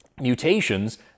mutations